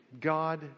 God